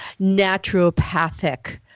naturopathic